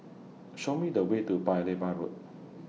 Show Me The Way to Paya Lebar Road